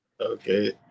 okay